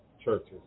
churches